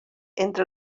entre